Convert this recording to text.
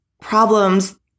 problems